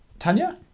Tanya